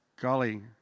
Golly